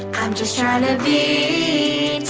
i'm just trying to be